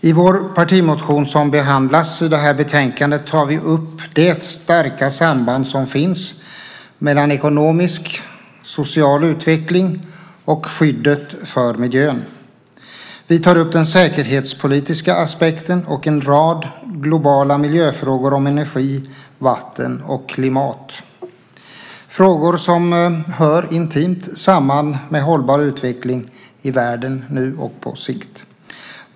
I vår partimotion som behandlats i betänkandet tar vi upp det starka samband som finns mellan ekonomisk och social utveckling och skyddet för miljön. Vi tar upp den säkerhetspolitiska aspekten och en rad globala miljöfrågor om energi, vatten och klimat. Det är frågor som hör intimt samman med en hållbar utveckling i världen nu och på sikt.